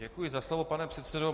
Děkuji za slovo, pane předsedo.